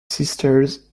sisters